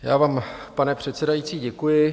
Já vám, pane předsedající, děkuji.